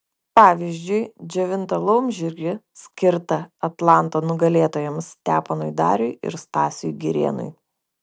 pavyzdžiui džiovintą laumžirgį skirtą atlanto nugalėtojams steponui dariui ir stasiui girėnui